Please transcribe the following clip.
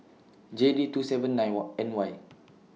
J D two seven nine What N Y